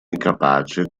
incapace